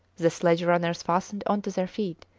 the sledge runners fastened on to their feet,